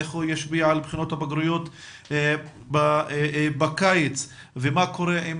איך הוא ישפיע על בחינות הבגרות בקיץ ומה קורה עם